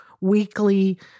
weekly